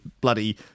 bloody